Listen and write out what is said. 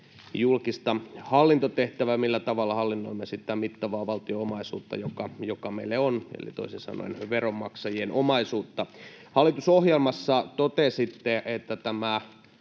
tärkeä kokonaisuus, millä tavalla hallinnoimme sitä mittavaa valtion omaisuutta, joka meillä on, eli toisin sanoen veronmaksajien omaisuutta. Hallitusohjelmassa totesitte, että tämä